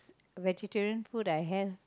vegetarian food I have